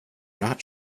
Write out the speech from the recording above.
not